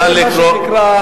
נא לקרוא לשר.